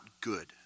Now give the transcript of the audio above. good